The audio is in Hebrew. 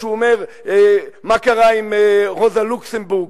כשהוא אומר מה קרה עם רוזה לוקסמבורג,